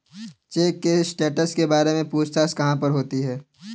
Check के status के बारे में पूछताछ कहाँ पर होती है?